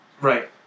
Right